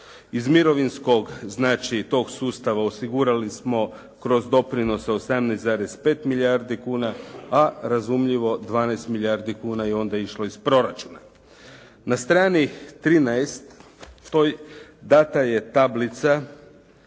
Iz mirovinskog znači tog sustava osigurali smo kroz doprinose 18,5 milijardi kuna, a razumljivo 12 milijardi kuna je onda išlo iz proračuna. Na strani 13 dana je tablica